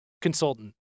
consultant